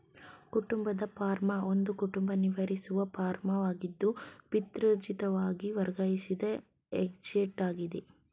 ಕುಟುಂಬದ ಫಾರ್ಮ್ ಒಂದು ಕುಟುಂಬ ನಿರ್ವಹಿಸುವ ಫಾರ್ಮಾಗಿದ್ದು ಪಿತ್ರಾರ್ಜಿತವಾಗಿ ವರ್ಗಾಯಿಸಿದ ಎಸ್ಟೇಟಾಗಿದೆ